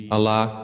Allah